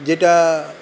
যেটা